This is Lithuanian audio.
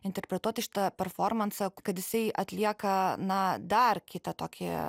interpretuoti šitą performansą kad jisai atlieka na dar kitą tokį